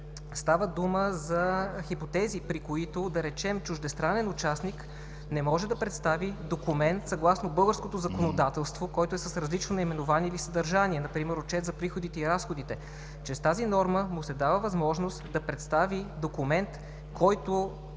става дума за хипотези, при които, да речем, чуждестранен участник не може да представи документ съгласно българското законодателство, който е с различно наименование или съдържание, например отчет за приходите и разходите. Чрез тази норма му се дава възможност да представи документ, който